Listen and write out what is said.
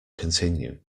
continue